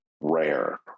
rare